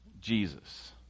Jesus